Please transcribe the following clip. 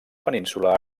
península